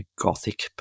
Gothic